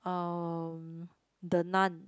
uh the Nun